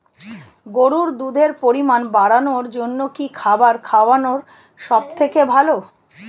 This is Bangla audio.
গরুর দুধের পরিমাণ বাড়ানোর জন্য কি খাবার খাওয়ানো সবথেকে ভালো?